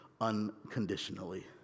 unconditionally